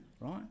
Right